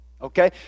okay